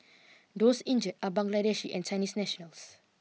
those injured are Bangladeshi and Chinese nationals